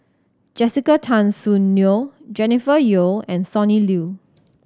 Jessica Tan Soon Neo Jennifer Yeo and Sonny Liew